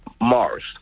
Mars